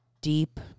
deep